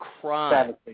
crime